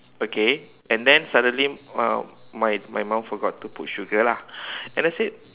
okay and then suddenly uh my my mom forgot to put sugar lah and that's it